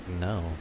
no